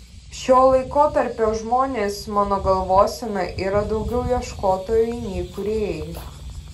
šio laikotarpio žmonės mano galvosena yra daugiau ieškotojai nei kūrėjai